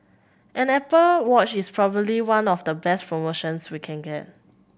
an Apple Watch is probably one of the best promotions we can get